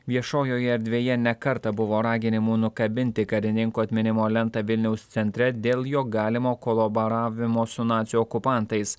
viešojoje erdvėje ne kartą buvo raginimų nukabinti karininko atminimo lentą vilniaus centre dėl jo galimo kolaboravimo su nacių okupantais